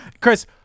Chris